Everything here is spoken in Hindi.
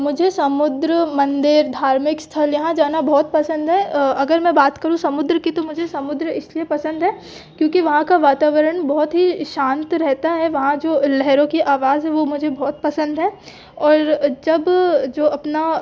मुझे समुद्र मंदिर धार्मिक स्थल यहाँ जाना बहुत पसंद है अगर मैं बात करूँ समुद्र की तो मुझे समुद्र इसलिए पसंद है क्योंकि वहाँ का वातावरण बहुत ही शांत रहता है वहाँ जो लहरों की आवाज़ है वो मुझे बहुत पसंद है और जब जो अपना